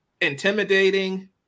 intimidating